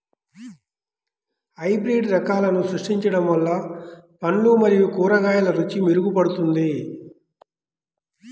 hybrid రకాలను సృష్టించడం వల్ల పండ్లు మరియు కూరగాయల రుచి మెరుగుపడుతుంది